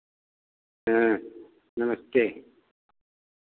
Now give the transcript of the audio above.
हाँ नमस्ते